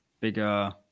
bigger